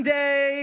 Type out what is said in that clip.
day